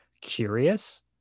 curious